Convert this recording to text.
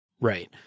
Right